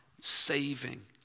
saving